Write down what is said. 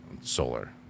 solar